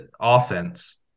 offense